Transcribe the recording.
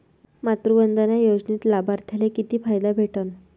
मातृवंदना योजनेत लाभार्थ्याले किती फायदा भेटन?